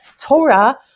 Torah